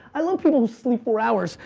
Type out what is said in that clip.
i love people who sleep four hours,